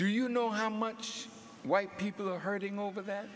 do you know how much white people are hurting over that